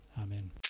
Amen